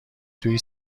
توی